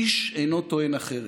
איש אינו טוען אחרת.